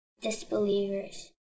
disbelievers